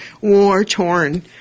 war-torn